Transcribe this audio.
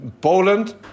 Poland